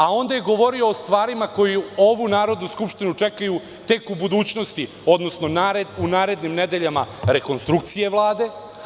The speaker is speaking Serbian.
A onda je govorio o stvarima koje ovu Narodnu skupštinu čekaju u budućnosti, odnosno u narednim nedeljama – rekonstrukcija Vlade.